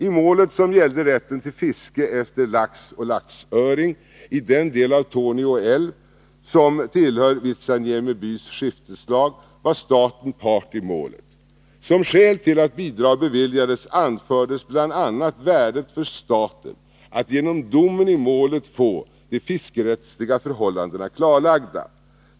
I målet som gällde rätten till fiske efter lax och laxöring i den del av Torne älv som tillhör Vitsaniemi bys skifteslag var staten part i målet. Som skäl till att bidrag beviljades anfördes bl.a. värdet för staten av att genom domen i målet få de fiskerättsliga förhållandena klarlagda.